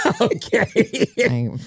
Okay